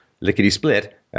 lickety-split